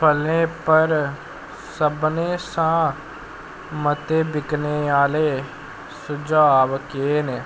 फलें पर सभनें शा मते बिकने आह्ले सुझाऽ केह् न